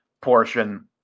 portion